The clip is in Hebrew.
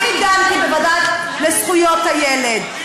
אני דנתי בוועדה לזכויות הילד,